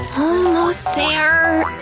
almost there,